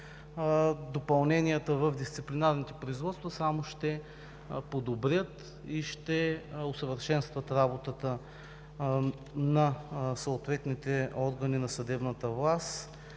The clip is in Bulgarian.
допълненията в дисциплинарните производства, само ще подобрят и ще усъвършенстват работата на съответните органи за съдебната власт,